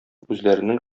үзләренең